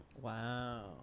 Wow